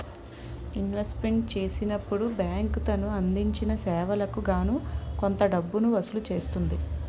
investment చేసినప్పుడు bank తను అందించిన సేవలకు గాను కొంత డబ్బును వసూలు చేస్తుంది